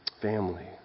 family